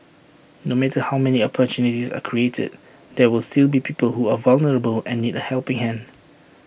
no matter how many opportunities are created there were will still be people who are vulnerable and need A helping hand